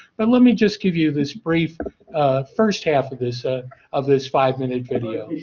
but, let me just give you this brief first half of this ah of this five-minute video.